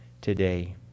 today